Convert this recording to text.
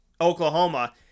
Oklahoma